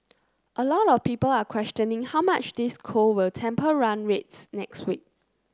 a lot of people are questioning how much this cold will temper run rates next week